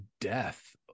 death